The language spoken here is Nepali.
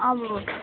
अब